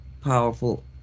powerful